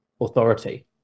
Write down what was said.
authority